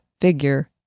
figure